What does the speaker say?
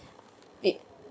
it